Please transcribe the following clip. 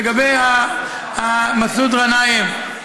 לגבי מסעוד גנאים,